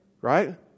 right